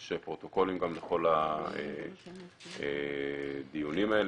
יש פרוטוקולים גם לכל הדיונים האלה.